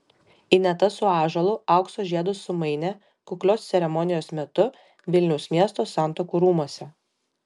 ineta su ąžuolu aukso žiedus sumainė kuklios ceremonijos metu vilniaus miesto santuokų rūmuose